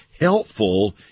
helpful